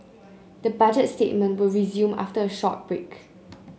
the Budget statement will resume after a short break